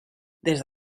des